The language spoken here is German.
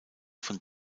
von